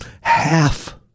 half